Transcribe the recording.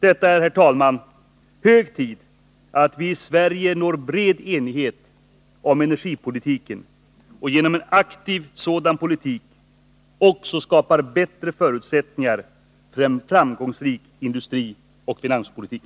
Det är, herr talman, hög tid att vi i Sverige når bred enighet om energipolitiken och genom en aktiv sådan politik också skapar bättre förutsättningar för en framgångsrik industrioch finanspolitik.